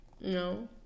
no